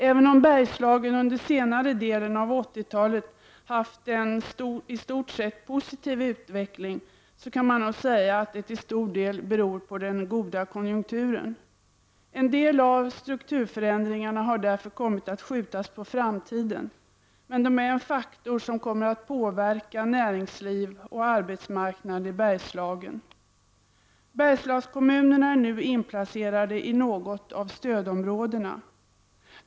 Även om Bergslagen under senare delen av 80-talet haft en i stort sett positiv utveckling, kan man nog säga att det till stor del beror på den goda konjunkturen. En del av strukturförändringarna har därför kommit att skjutas på framtiden, men de är en faktor som kommer att påverka näringsliv och arbetsmarknad i Bergslagen. Bergslagskommunerna är nu inplacerade i något av stödområdena.